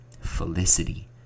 felicity